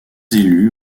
élus